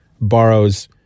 borrows